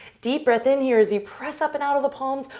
deep breath in here as you press up and out of the palms,